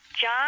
John